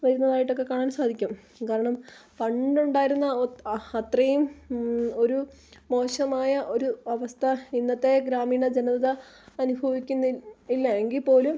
വരുന്നതായിട്ട് ഒക്കെ കാണാൻ സാധിക്കും കാരണം പണ്ടുണ്ടായിരുന്ന ഒ അത്രയും ഒരു മോശമായ ഒരു അവസ്ഥ ഇന്നത്തെ ഗ്രാമീണ ജനത അനുഭവിക്കുന്ന ഇല്ല എങ്കിൽ പോലും